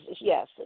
Yes